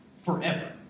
forever